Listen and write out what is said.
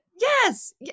Yes